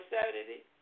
Saturday